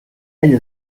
ell